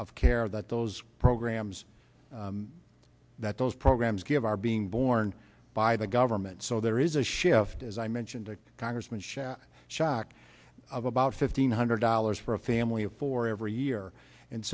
of care that those programs that those programs give are being borne by the government so there is a shift as i mentioned to congressman shell shock of about fifteen hundred dollars for a family of four every year and